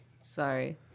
sorry